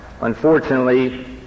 Unfortunately